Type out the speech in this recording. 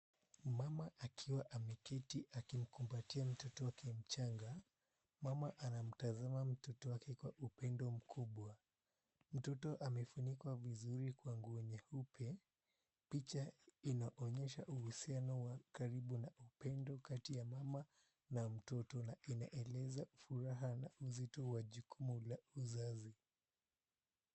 Mama akiwa ameketi amemkumbatia mtoto wake mchanga. Mama anatazama mtoto wake kwa upendo mkubwa. Mtoto amefunikwa vizuri kwa nguo nyeupe. Picha inaonyesha uhusiano wa karibu na upendo kati ya mama na mtoto na imeeleza furaha na uzito wa jukumu la uzazi.